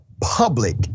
public